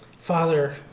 Father